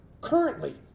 currently